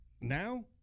Now